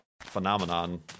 phenomenon